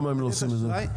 למה הם לא עושים את זה?